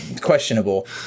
questionable